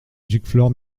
giclefort